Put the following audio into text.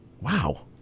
Wow